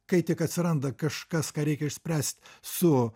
kai tik atsiranda kažkas ką reikia išspręst su